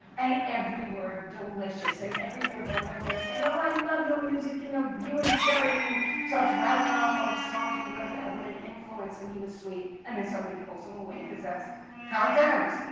and every word delicious and every word wonderful. and he's saying, oh, i love your music! you know you and gerry. and he starts rattling off all the songs we wrote that were an influence. and he was sweet. and then somebody pulls them away, because that's how it goes.